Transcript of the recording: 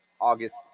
August